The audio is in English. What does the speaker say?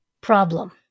Problem